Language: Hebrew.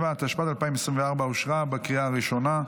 37), התשפ"ד 2024, אושרה בקריאה ראשונה,